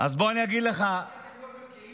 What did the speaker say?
אני יודע שאתם לא מכירים את המושג הזה אצלכם במפלגה.